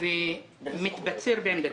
ומתבצר בעמדתי.